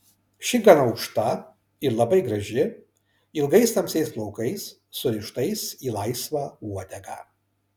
ši gan aukšta ir labai graži ilgais tamsiais plaukais surištais į laisvą uodegą